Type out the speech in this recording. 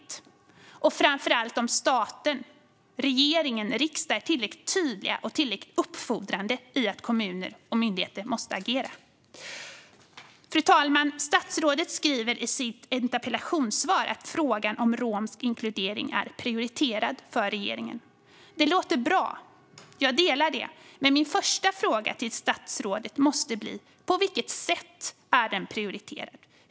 Det gäller framför allt om staten, regering och riksdag, är tillräckligt tydlig och tillräckligt uppfordrande i att kommuner och myndigheter måste agera. Fru talman! Statsrådet skriver i sitt interpellationssvar att frågan om romsk inkludering är prioriterad för regeringen. Det låter bra; jag delar synen på detta. Men mina första frågor till statsrådet måste bli: På vilket sätt är den prioriterad?